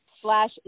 slash